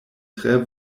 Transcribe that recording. tre